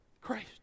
Christ